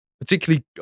Particularly